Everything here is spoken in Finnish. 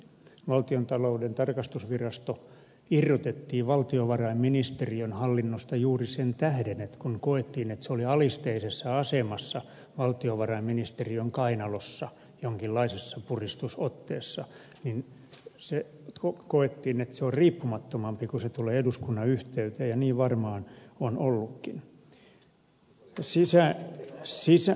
valtiontalouden tarkastusvirasto irrotettiin valtiovarainministeriön hallinnosta juuri sen tähden että kun koettiin että se oli alisteisessa asemassa valtiovarainministeriön kainalossa jonkinlaisessa puristusotteessa niin koettiin että se on riippumattomampi kun se tulee eduskunnan yhteyteen ja niin varmaan on ollutkin